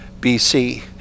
BC